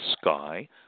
sky